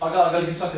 this